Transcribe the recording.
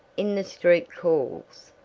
in the street calls,